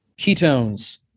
ketones